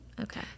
okay